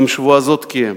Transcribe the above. גם שבועה זאת קיים.